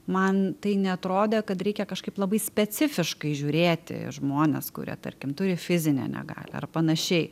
man tai neatrodė kad reikia kažkaip labai specifiškai žiūrėti į žmones kurie tarkim turi fizinę negalią ar panašiai